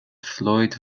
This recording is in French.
floyd